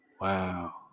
wow